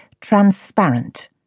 transparent